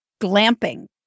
glamping